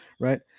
Right